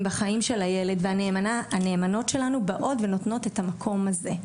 החיים של הילד והנאמנות שלנו באות ונותנות את המקום הזה.